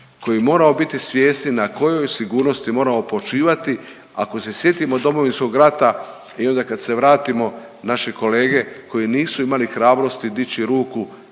koji moramo biti svjesni na kojoj sigurnosti moramo počivati ako se sjetimo Domovinskog rata i onda kad se vratimo naše kolege koji nisu imali hrabrosti dići ruku